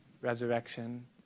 resurrection